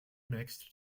mixed